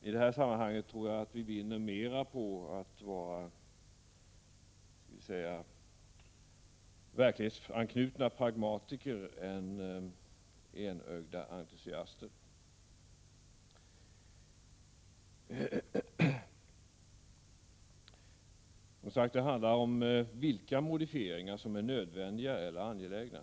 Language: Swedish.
I det sammanhanget tror jag att vi vinner mer på att vara verklighetsanknutna pragmatiker än enögda entusiaster. Det handlar om vilka modifieringar som är nödvändiga eller angelägna.